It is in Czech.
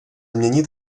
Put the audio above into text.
měnit